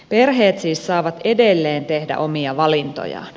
perheet siis saavat edelleen tehdä omia valintojaan